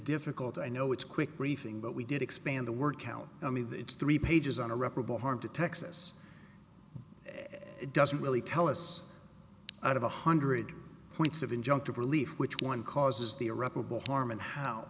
difficult i know it's quick briefing but we did expand the work out i mean it's three pages on a reparable hard to texas it doesn't really tell us out of one hundred points of injunctive relief which one causes the irreparable harm and how